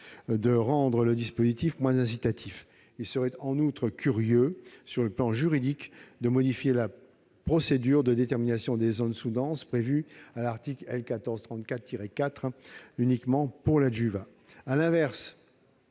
de rendre le dispositif moins incitatif. Il serait en outre curieux, d'un point de vue juridique, de modifier la procédure de détermination des zones sous-denses prévue par l'article L. 1434-4 du code de la santé